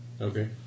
Okay